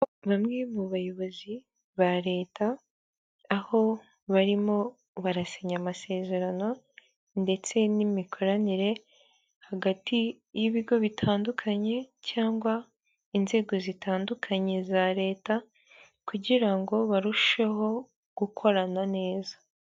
Bamwe mu bayobozi ba leta aho barimo barasinya amasezerano ndetse n'imikoranire hagati y'ibigo bitandukanye cyangwa inzego zitandukanye za leta, kugira ngo barusheho gukorana neza.